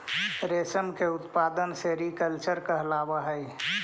रेशम के उत्पादन सेरीकल्चर कहलावऽ हइ